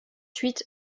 huit